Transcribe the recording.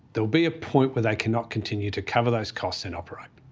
there'll be a point where they cannot continue to cover those costs and operate.